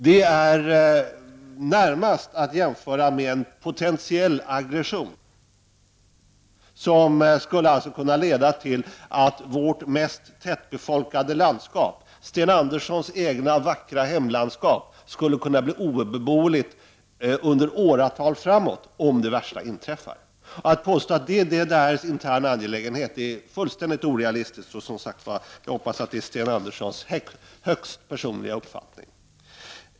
Det är närmast att jämföra med en potentiell aggression. Det skulle således kunna leda till att vårt mest tättbefolkade landskap — Sten Anderssons eget vackra hemlandskap — skulle kunna bli obeboeligt under åratal framöver om det värsta inträffar. Att påstå att det är DDR:s interna angelägenhet är fullständigt orealistiskt. Jag hoppas att det är Sten Anderssons högst personliga uppfattning.